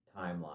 timeline